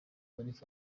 boniface